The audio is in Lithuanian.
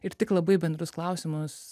ir tik labai bendrus klausimus